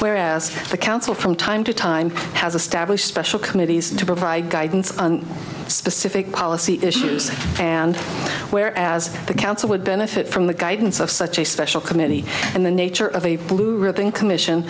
whereas the council from time to time has established special committees to provide guidance on specific policy issues and where as the council would benefit from the guidance of such a special committee and the nature of a blue ribbon commission